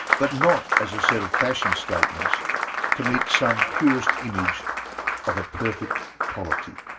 but not as a set of fashion statements to meet some purist image of a perfect polity.